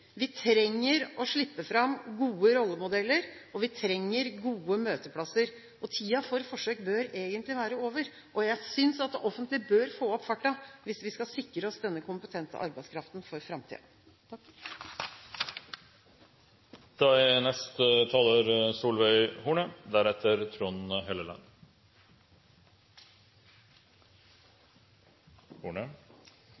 Vi trenger å slippe fram gode rollemodeller, og vi trenger gode møteplasser. Tiden for forsøk bør egentlig være over, og jeg synes det offentlige bør få opp farten hvis vi skal sikre oss denne kompetente arbeidskraften for